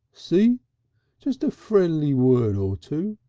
see just a friendly word or two.